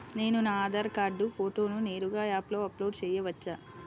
నేను నా ఆధార్ కార్డ్ ఫోటోను నేరుగా యాప్లో అప్లోడ్ చేయవచ్చా?